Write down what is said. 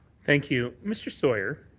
thank you. mr. sawyer,